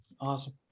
Awesome